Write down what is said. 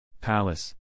Palace